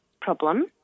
problem